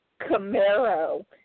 Camaro